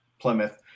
Plymouth